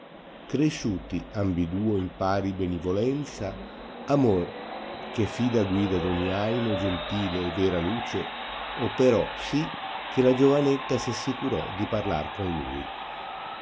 cresciuti ambiduo in pari benivolenza amor che è fida guida d ogni animo gentile e vera luce operò sì che la giovanetta si assicurò di parlar con lui